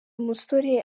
umusore